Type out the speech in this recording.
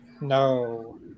No